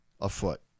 afoot